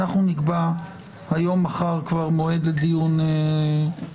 אנחנו נקבע היום, מחר כבר מועד לדיון מידי.